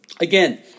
again